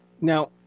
Now